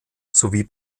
sowie